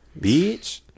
bitch